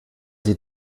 sie